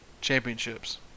championships